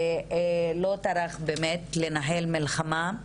שלא טרח באמת לנהל מלחמה,